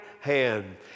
hand